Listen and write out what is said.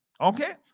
Okay